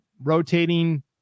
rotating